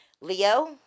leo